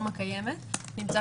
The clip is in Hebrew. אחרת,